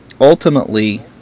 ultimately